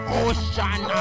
ocean